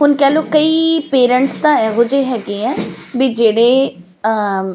ਹੁਣ ਕਹਿ ਲਓ ਕਈ ਪੇਰੈਂਟਸ ਤਾਂ ਇਹੋ ਜਿਹੇ ਹੈਗੇ ਹੈ ਵੀ ਜਿਹੜੇ